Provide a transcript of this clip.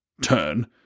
turn